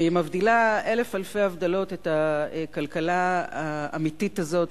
אני מבדילה אלף אלפי הבדלות את הכלכלה האמיתית הזאת,